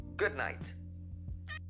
goodnight